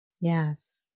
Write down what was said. Yes